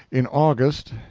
in august,